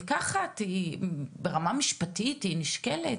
ברמה משפטית היא נשקלת?